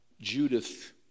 Judith